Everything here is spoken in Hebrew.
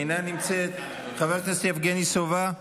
אינה נמצאת, חבר הכנסת יבגני סובה,